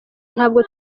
ntabwo